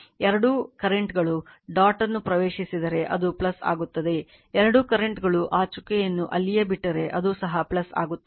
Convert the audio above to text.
ಎರಡೂ ಕರೆಂಟ್ ಗಳು ಡಾಟ್ಗೆ ಪ್ರವೇಶಿಸಿದರೆ ಅದು ಆಗುತ್ತದೆ ಎರಡೂ ಕರೆಂಟ್ ಗಳು ಆ ಚುಕ್ಕೆಯನ್ನು ಅಲ್ಲಿಯೇ ಬಿಟ್ಟರೆ ಅದು ಸಹ ಆಗುತ್ತದೆ